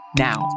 now